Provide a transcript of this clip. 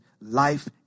life